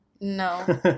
No